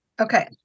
Okay